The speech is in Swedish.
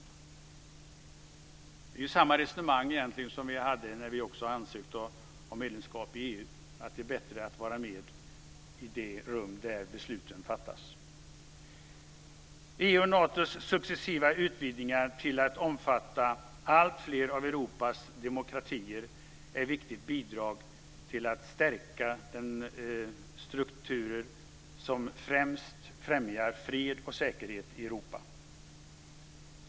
Det är egentligen samma resonemang som vi hade när vi ansökte om medlemskap i EU. Det är bättre att vara med i det rum där besluten fattas. EU:s och Natos successiva utvidgningar till att omfatta alltfler av Europas demokratier är viktiga bidrag till att stärka de strukturer som främst främjar fred och säkerhet i Europa.